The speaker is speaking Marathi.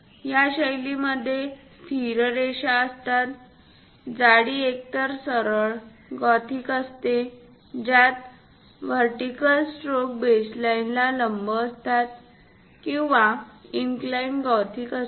या शैलीमध्ये स्थिर रेखा असतात जाडी एकतर सरळ गॉथिक असते ज्यात व्हर्टिकल स्ट्रोक बेसलाईनला लंब असतात किंवा इन्कलाइन्ड गॉथिक असतात